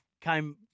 came